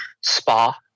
Spa